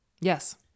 Yes